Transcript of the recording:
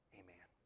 amen